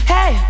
Hey